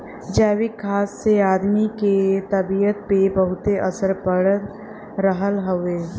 जैविक खाद से आदमी के तबियत पे बहुते असर पड़ रहल हउवे